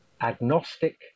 agnostic